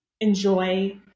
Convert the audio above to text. enjoy